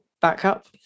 backup